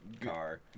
car